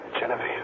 Genevieve